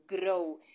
grow